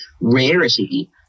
rarity